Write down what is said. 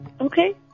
Okay